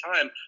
time